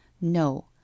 No